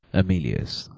aemilius,